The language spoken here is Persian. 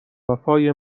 وفای